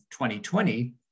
2020